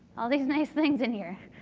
all these nice things in here.